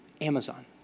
Amazon